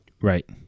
Right